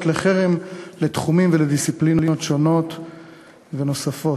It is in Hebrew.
לחרם לתחומים ולדיסציפלינות שונים ונוספים.